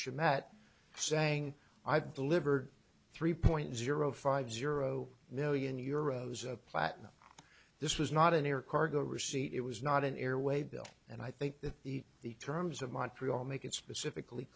should matt saying i've delivered three point zero five zero million euros of platinum this was not an air cargo receipt it was not an airway bill and i think that the the terms of montreal make it specifically